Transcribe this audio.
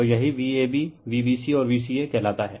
तो यही Vab Vbc और Vca कहलाता हैं